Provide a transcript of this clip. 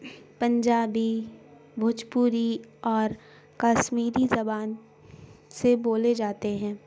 پنجابی بھوجپوری اور کشمیری زبان سے بولے جاتے ہیں